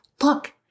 look